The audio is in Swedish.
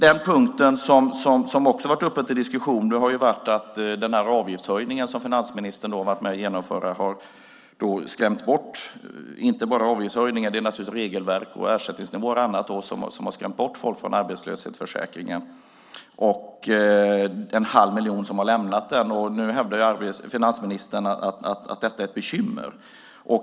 En punkt som också varit uppe till diskussion är den avgiftshöjning som finansministern var med om att genomföra. Inte bara avgiftshöjningen utan ändringen av regelverk, ersättningsnivåer och annat har skrämt bort människor från arbetslöshetsförsäkringen. Det är en halv miljon som har lämnat den. Nu hävdar finansministern att detta är ett bekymmer.